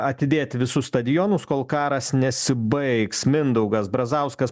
atidėti visus stadionus kol karas nesibaigs mindaugas brazauskas